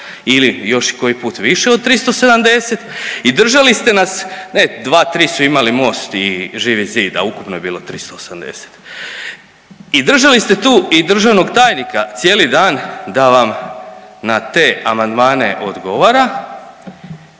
ili još i koji put više od 370 i držali ste nas, ne 2, 3 su imali Most i Živi zid, a ukupno je bilo 380 i držali ste tu i državnoj tajnika cijeli dan da vam na te amandmane odgovara,